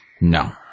No